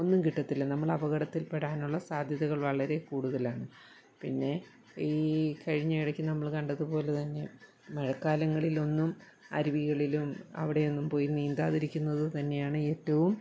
ഒന്നും കിട്ടത്തില്ല നമ്മൾ അപകടത്തിൽ പെടാനുള്ള സാദ്ധ്യതകൾ വളരെ കൂടുതലാണ് പിന്നെ ഈ കഴിഞ്ഞ ഇടക്ക് നമ്മൾ കണ്ടത് പോലെതന്നെ മഴകാലങ്ങളിലൊന്നും അരുവികളിലും അവിടെയൊന്നും പോയി നീന്താതിരിക്കുന്നത് തന്നെയാണ് ഏറ്റവും